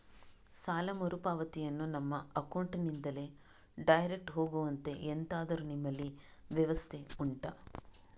ಸಾಲ ಮರುಪಾವತಿಯನ್ನು ನಮ್ಮ ಅಕೌಂಟ್ ನಿಂದಲೇ ಡೈರೆಕ್ಟ್ ಹೋಗುವಂತೆ ಎಂತಾದರು ನಿಮ್ಮಲ್ಲಿ ವ್ಯವಸ್ಥೆ ಉಂಟಾ